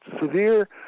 severe